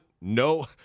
No